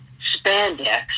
spandex